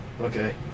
okay